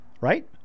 right